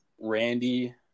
Randy